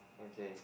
okay